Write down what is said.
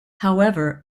however